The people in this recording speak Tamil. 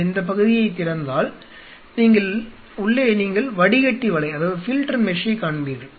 நீங்கள் இந்த பகுதியைத் திறந்தால் உள்ளே நீங்கள் வடிகட்டி வலையைக் காண்பீர்கள்